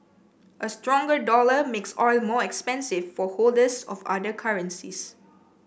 a stronger dollar makes oil more expensive for holders of other currencies